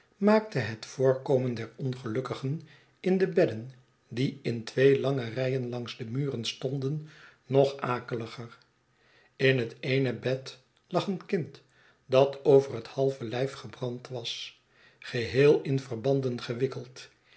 maakte het voorkomen der ongelukkigen in de bedden die in twee lange rijen langs demuren stonden nog akeliger in het eene bed lag een kind dat over het halve lijf gebrand was geheel in verbanden gewikkeld